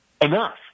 enough